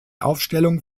aufstellung